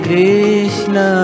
Krishna